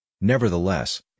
Nevertheless